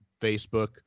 Facebook